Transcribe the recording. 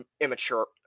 immature